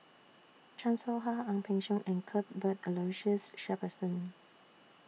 Chan Soh Ha Ang Peng Siong and Cuthbert Aloysius Shepherdson